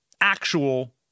actual